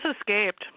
escaped